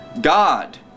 God